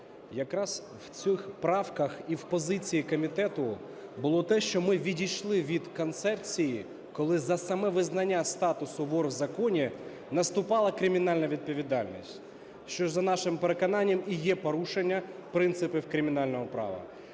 Якраз в цих правках і в позиції комітету було те, що ми відійшли від концепції, коли за саме визнання статусу "вор в законі" наступала кримінальна відповідальність, що, за нашим переконанням, і є порушенням принципів кримінального права.